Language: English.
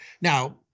Now